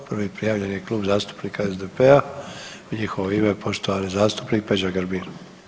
Prvi prijavljeni je Klub zastupnika SDP-a u njihovo ime poštovani zastupnik Peđa Grbin.